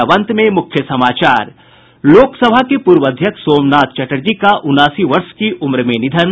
और अब अंत में मुख्य समाचार लोकसभा के पूर्व अध्यक्ष सोमनाथ चटर्जी का उनासी वर्ष की उम्र में निधन